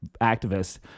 activists